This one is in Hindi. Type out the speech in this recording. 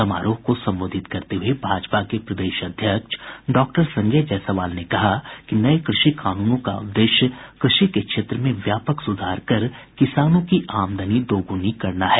समारोह को संबोधित करते हुए भाजपा के प्रदेश अध्यक्ष और सांसद डॉक्टर संजय जायसवाल ने कहा कि नये कृषि कानूनों का उददेश्य कृषि के क्षेत्र में व्यापक सुधार कर किसानों की आमदनी दोगुनी करना है